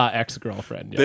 ex-girlfriend